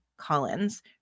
Collins